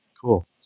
Cool